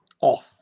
off